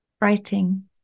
writing